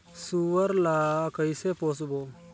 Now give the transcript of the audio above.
सुअर ला कइसे पोसबो?